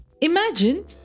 Imagine